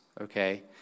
Okay